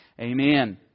Amen